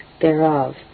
thereof